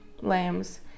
lambs